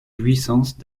jouissances